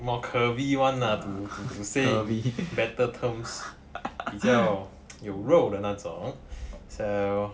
more curvy [one] lah to say in better terms 比较有肉的那种 so